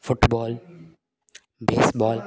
football baseball